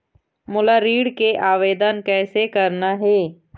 मोला ऋण के आवेदन कैसे करना हे?